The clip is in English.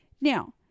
Now